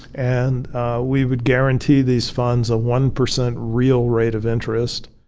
and we would guarantee these funds a one-percent real rate of interest.